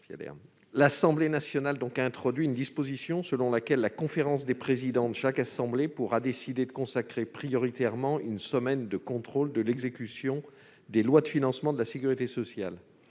L'Assemblée nationale a introduit une disposition aux termes de laquelle la conférence des présidents de chaque assemblée pourra décider de consacrer prioritairement une semaine au contrôle de l'exécution des lois de financement de la sécurité sociale.